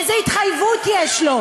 איזו התחייבות יש לו?